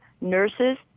nurses